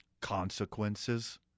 Consequences